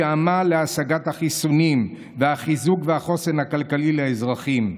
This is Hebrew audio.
שעמל על השגת החיסונים והחיזוק והחוסן הכלכלי לאזרחים,